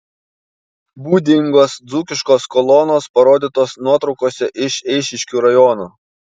būdingos dzūkiškos kolonos parodytos nuotraukose iš eišiškių rajono